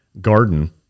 garden